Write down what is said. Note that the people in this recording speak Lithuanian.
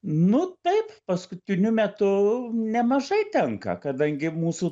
nu taip paskutiniu metu nemažai tenka kadangi mūsų